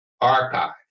archive